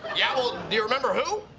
yeah? well, do you remember who?